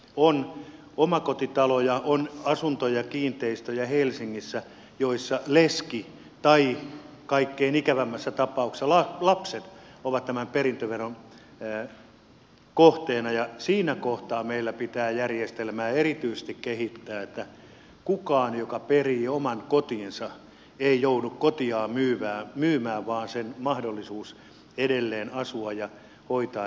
on omakotitaloja on asuntoja ja kiinteistöjä helsingissä joissa on leski tai kaikkein ikävimmässä tapauksessa lapset tämän perintöveron kohteena ja siinä kohtaa meillä pitää järjestelmää erityisesti kehittää että kukaan joka perii oman kotinsa ei joudu kotiaan myymään vaan on mahdollisuus edelleen siinä asua ja sitä hoitaa